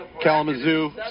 Kalamazoo